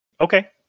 okay